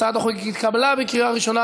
הצעת החוק התקבלה בקריאה ראשונה,